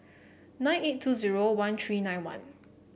nine eight two zero one three nine one